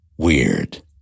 Weird